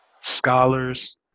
scholars